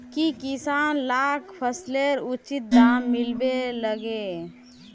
की किसान लाक फसलेर उचित दाम मिलबे लगे?